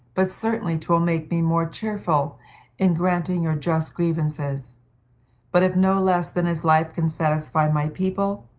but certainly twill make me more cheerful in granting your just grievances but if no less than his life can satisfie my people,